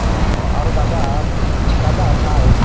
অঁ অঁ আৰু দাদাহঁত দাদাহঁত নাই